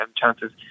chances